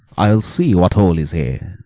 i'll see what hole is here,